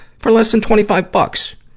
for less than twenty five bucks.